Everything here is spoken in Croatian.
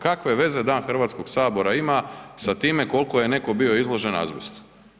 Kakve veza Dan Hrvatskog sabora ima sa time koliko je neko bio izložen azbestu?